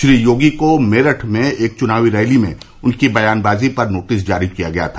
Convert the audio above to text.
श्री योगी को मेरठ में एक चुनावी रैली में उनकी बयानबाजी पर नोटिस जारी किया गया था